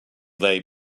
lay